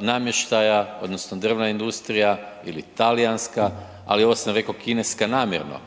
namještaja odnosno drvna industrija ili talijanska ali ovo sam rekao kineska namjerno